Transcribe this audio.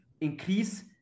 increase